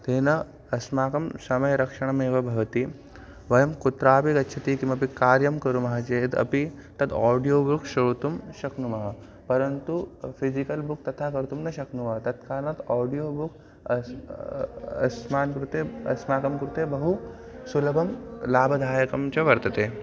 तेन अस्माकं समयरक्षणमेव भवति वयं कुत्रापि गच्छति किमपि कार्यं कुर्मः चेदपि तत् आडियो बुक् श्रोतुं शक्नुमः परन्तु फ़िजिकल् बुक् तथा कर्तुं न शक्नुमः तत्कारणात् आडियो बुक् अस् अस्मान् कृते अस्माकं कृते बहु सुलभं लाभदायकं च वर्तते